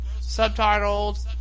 subtitled